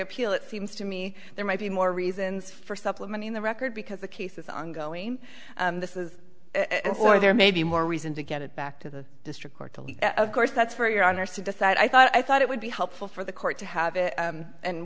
appeal it seems to me there might be more reasons for supplementing the record because the case is ongoing this is or there may be more reason to get it back to the district court of course that's for your honor to decide i thought i thought it would be helpful for the court to have it